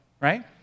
right